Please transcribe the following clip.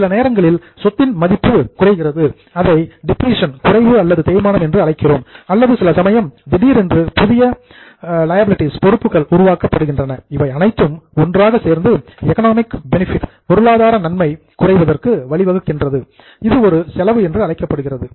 சில நேரங்களில் சொத்தின் மதிப்பு குறைகிறது அதை டிப்லீசன் குறைவு அல்லது தேய்மானம் என்று அழைக்கிறோம் அல்லது சில சமயம் திடீரென்று புதிய லியாபிலிடீஸ் பொறுப்புகள் உருவாக்கப்படுகின்றன இவை அனைத்தும் ஒன்றாக சேர்ந்து எக்கனாமிக் பெனிஃபிட் பொருளாதார நன்மை குறைவதற்கு வழிவகுக்கிறது இது ஒரு செலவு என்று அழைக்கப்படுகிறது